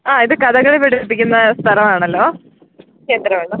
ആ ഇത് കഥകളി പഠിപ്പിക്കുന്ന സ്ഥലവാണല്ലോ ക്ഷേത്രവാണ്